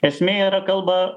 esmė yra kalba